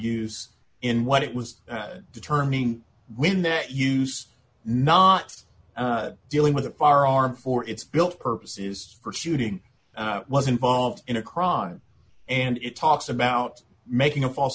use in what it was determining when that use not dealing with a firearm for its built purposes for shooting was involved in a crime and it talks about making a false